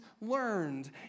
learned